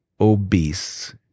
obese